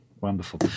Wonderful